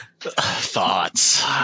Thoughts